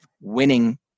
winning